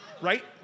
right